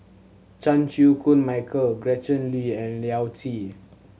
Chan Chew Koon Michael Gretchen Liu and Yao Zi